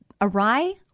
awry